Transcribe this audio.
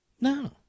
No